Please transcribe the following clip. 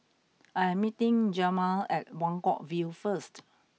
I am meeting Jemal at Buangkok View first